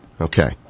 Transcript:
Okay